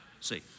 See